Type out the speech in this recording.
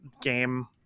game